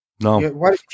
No